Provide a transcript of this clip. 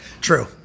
True